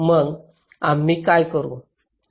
मग आम्ही काय करू